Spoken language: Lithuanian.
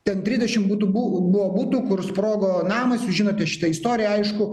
ten trisdešim butų buvo butų kur sprogo namas jūs žinote šitą istoriją aišku